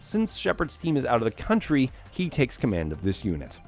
since shepherd's team is out of the country, he takes command of this unit.